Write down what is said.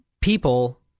people